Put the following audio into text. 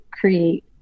create